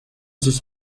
sus